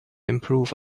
improve